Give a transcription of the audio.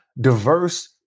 diverse